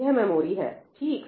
यह मेमोरी है ठीक